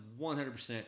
100%